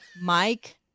Mike